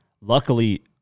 Luckily